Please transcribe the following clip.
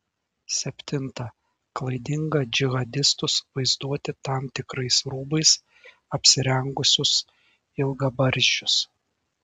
septinta klaidinga džihadistus vaizduoti tam tikrais rūbais apsirengusius ilgabarzdžius